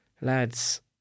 Lads